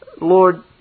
Lord